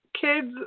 kids